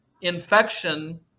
Infection